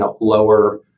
lower